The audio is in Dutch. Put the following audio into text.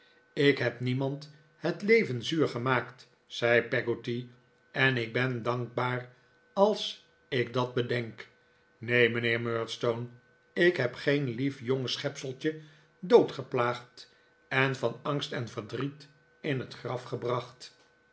ik heb niemand het leven zuur gemaakt zei peggotty en ik ben dankbaar als ik dat bedenk neen mijnheer murdstone ik heb geen lief jong schepseltje doodgeplaagd en van angst en verdriet in t graf gebracht